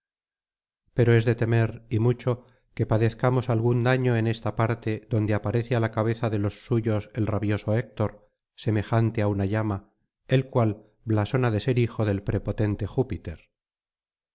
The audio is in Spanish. pero es de temer y mucho que padezcamos algún daño en esta parte donde aparece á la cabeza de los suyos el rabioso héctor semejante á una llama el cual blasona de ser hijo del prepotente júpiter